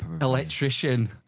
electrician